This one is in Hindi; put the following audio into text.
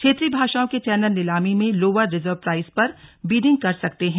क्षेत्रीय भाषाओं के चैनल नीलामी में लोअर रिजर्व प्राइस पर बिडिंग कर सकते हैं